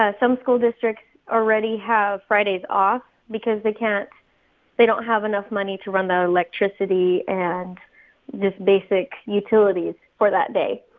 ah some school districts already have fridays off because they can't they don't have enough money to run the electricity and just basic utilities for that day.